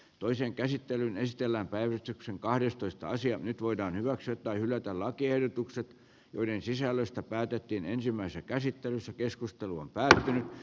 toisen käsittelyn estellä päivystyksen kahdestoista sija nyt voidaan hyväksyä tai hylätä lakiehdotukset joiden sisällöstä päätettiin ensimmäistä käsittelyssä keskusteluun päin